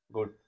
Good